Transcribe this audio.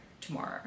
tomorrow